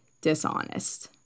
dishonest